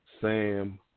Sam